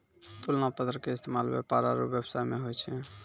तुलना पत्र के इस्तेमाल व्यापार आरु व्यवसाय मे होय छै